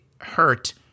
hurt